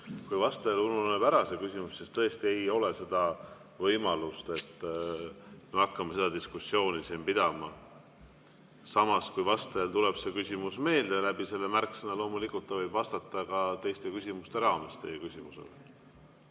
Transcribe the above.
Kui vastajal ununeb küsimus ära, siis tõesti ei ole seda võimalust, et me hakkame siin diskussiooni pidama. Samas kui vastajal tuleb see küsimus meelde mõne märksõna abil, siis loomulikult ta võib vastata ka teiste küsimuste raames teie küsimusele.